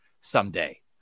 someday